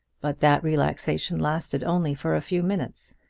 but that relaxation lasted only for a few minutes.